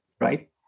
right